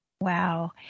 Wow